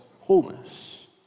wholeness